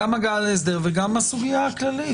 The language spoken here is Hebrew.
קיבלנו על זה ריקושטים